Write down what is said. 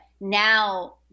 now